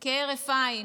נדחה כהרף עין.